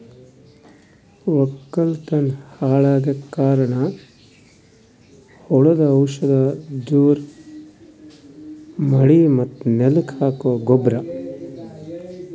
ವಕ್ಕಲತನ್ ಹಾಳಗಕ್ ಕಾರಣ್ ಹುಳದು ಔಷಧ ಜೋರ್ ಮಳಿ ಮತ್ತ್ ನೆಲಕ್ ಹಾಕೊ ಗೊಬ್ರ